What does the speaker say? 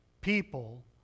people